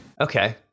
Okay